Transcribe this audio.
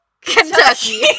Kentucky